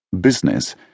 business